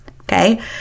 okay